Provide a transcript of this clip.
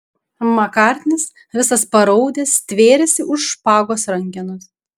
makartnis visas paraudęs stvėrėsi už špagos rankenos